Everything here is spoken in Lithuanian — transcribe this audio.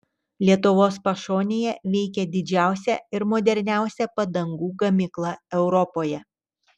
lietuvos pašonėje veikia didžiausia ir moderniausia padangų gamykla europoje